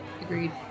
Agreed